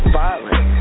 violent